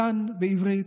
זן בעברית,